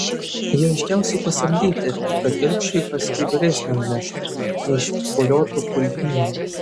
jie aiškiausiai pasamdyti kad ilgšiui kas skrybėlės nenuneštų neišvoliotų purvynėje